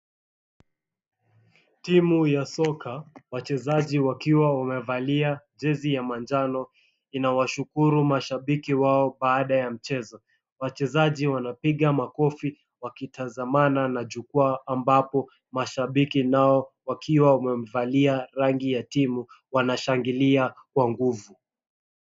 Timu ya soka wachezaji wakiwa wamevalia jezi ya manjano inawashukuru mashabiki wao baada ya mchezo. Wachezaji wanapiga makofi wakitazamana na jukwaa ambapo mashabiki nao wakiwa wamevalia rangi ya timu wanashangilia kwa nguvu.